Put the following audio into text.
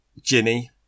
Ginny